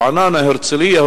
רעננה או הרצלייה,